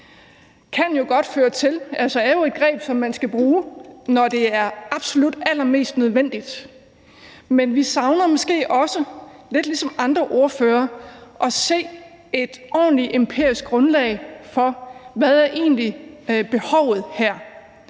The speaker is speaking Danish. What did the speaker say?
er jo et greb, man kun skal bruge, når det er absolut nødvendigt. Vi savner måske også ligesom andre ordførere at se et ordentligt empirisk grundlag for, hvad behovet